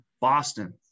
Boston